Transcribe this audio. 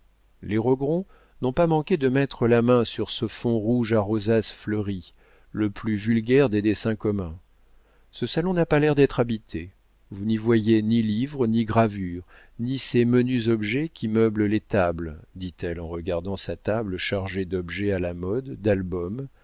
les rogron n'ont pas manqué de mettre la main sur ce fond rouge à rosaces fleuries le plus vulgaire des dessins communs ce salon n'a pas l'air d'être habité vous n'y voyez ni livres ni gravures ni ces menus objets qui meublent les tables dit-elle en regardant sa table chargée d'objets à la mode d'albums